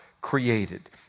created